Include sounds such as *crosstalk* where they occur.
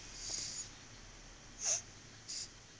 *noise*